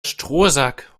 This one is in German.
strohsack